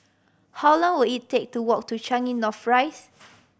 how long will it take to walk to Changi North Rise